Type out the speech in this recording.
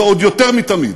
ועוד יותר מתמיד.